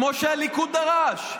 כמו שהליכוד דרש,